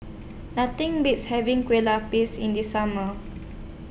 Nothing Beats having Kue Lupis in The Summer